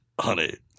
Honey